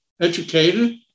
educated